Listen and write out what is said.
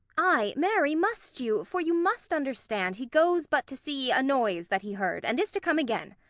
ay, marry, must you for you must understand he goes but to see a noise that he heard, and is to come again.